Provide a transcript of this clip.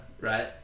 right